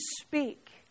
speak